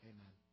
Amen